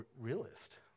realist